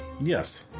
yes